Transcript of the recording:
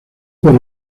por